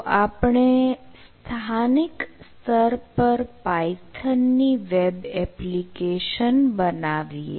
તો આપણે સ્થાનિક સ્તર પર પાયથન ની વેબ એપ્લિકેશન બનાવીએ